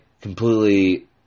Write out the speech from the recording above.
completely